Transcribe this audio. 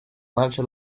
marxa